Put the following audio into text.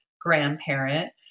grandparent